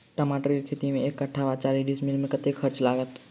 टमाटर केँ खेती मे एक कट्ठा वा चारि डीसमील मे कतेक खर्च लागत?